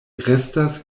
restas